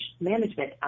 management